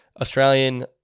Australian